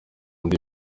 indi